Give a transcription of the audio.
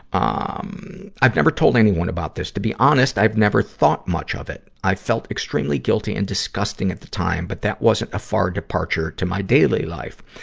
ah um i've never told anyone about this. to be honest, i've never thought much of it. i felt extremely guilty and disgusting at the time, but that wasn't a far departure to my daily life.